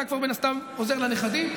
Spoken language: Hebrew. אתה כבר מן הסתם עוזר לנכדים,